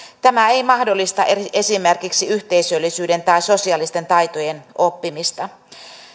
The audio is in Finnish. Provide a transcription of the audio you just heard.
tämä ei mahdollista esimerkiksi yhteisöllisyyden tai sosiaalisten taitojen oppimista